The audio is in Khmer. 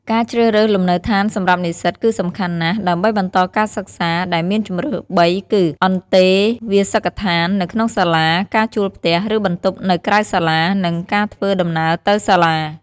ការជ្រើសរើសលំនៅដ្ឋានសម្រាប់និសិ្សតគឺសំខាន់ណាស់ ដើម្បីបន្តការសិក្សា ដែលមានជម្រើសបីគឺ អន្តេវាសិកដ្ឋាននៅក្នុងសាលា ការជួលផ្ទះ ឬបន្ទប់នៅក្រៅសាលា និង ការធ្វើដំណើរទៅសាលា។